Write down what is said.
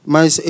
Mas